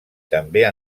també